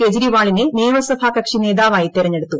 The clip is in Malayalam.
കെജ്രിവാളിനെ നിയമസഭാകക്ഷി നേതാവായി തെരഞ്ഞെടുത്തു